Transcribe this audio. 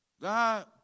God